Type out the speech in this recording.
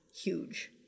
Huge